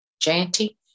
Janty